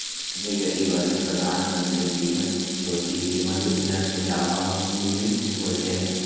सभे गरीब आदमी प्रधानमंत्री जीवन ज्योति बीमा योजना से लाभान्वित होले हें